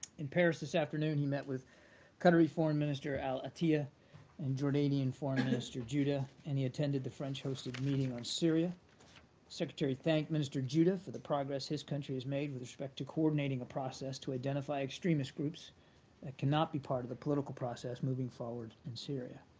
in paris this afternoon he met with qatari foreign minister al-attiyah and jordanian foreign minister judeh, and he attended the french-hosted meeting on syria. the secretary thanked minister judeh for the progress his country has made with respect to coordinating a process to identify extremist groups that cannot be part of the political process moving forward in syria.